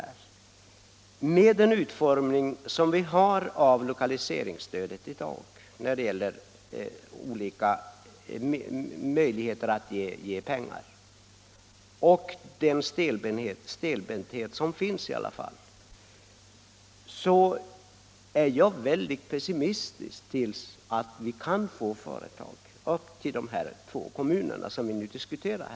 Med den nuvarande stelbenta utformningen av lokaliseringsstödet är jag mycket pessimistisk vad gäller möjligheterna att få företag att etablera sig i de två kommuner som vi nu diskuterar.